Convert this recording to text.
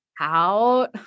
out